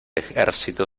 ejército